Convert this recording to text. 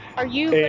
are you